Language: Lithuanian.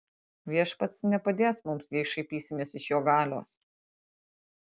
viešpats nepadės mums jei šaipysimės iš jo galios